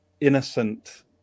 innocent